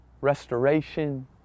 restoration